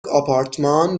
آپارتمان